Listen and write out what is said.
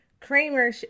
Kramer